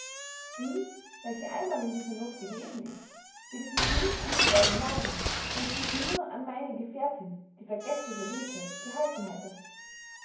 die welche einmal in dieser noth gewesen ist würde sich nicht wieder darin wagen wenn sie sich nur an meine gefährtinn die vergeßliche lethe gehalten hätte